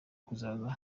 kuzaza